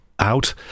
out